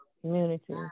community